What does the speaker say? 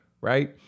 right